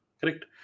correct